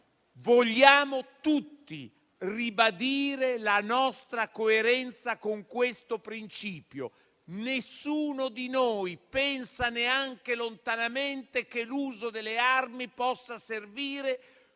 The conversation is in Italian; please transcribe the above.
vogliamo tutti ribadire la nostra coerenza con questo principio. Nessuno di noi pensa neanche lontanamente che l'uso delle armi possa servire